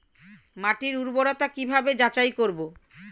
মাটির উর্বরতা কি ভাবে যাচাই করব?